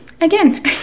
again